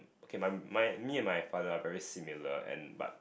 okay my my me and my father are very similar and but